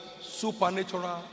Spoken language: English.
supernatural